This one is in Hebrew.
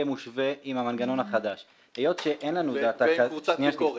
מושווה עם המנגנון החדש -- וקבוצת ביקורת.